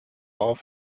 auf